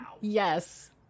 yes